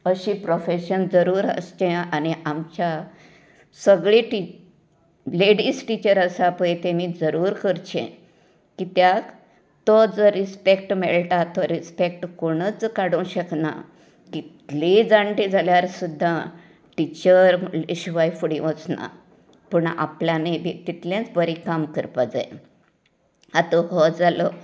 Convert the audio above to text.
अशें फ्रोफेशन जरूर आसचें आनी आमच्या सगळ्यां टिच लेडीज टिचर आसा पळय मी जरूर करचें कित्याक तो जो रिस्पेक्ट मेळटा तो रिस्पेक्ट कोणूच काडूंक शकना कितलीय जाणटी जाल्यार सुद्दां टिचर म्हळ्ळें शिवाय फुडें वचना पूण आपल्यानय बी तितलेंच बरें काम करपाक जाय हातूंत हो जालो